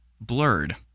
blurred